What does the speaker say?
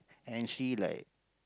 and she like